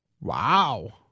Wow